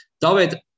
david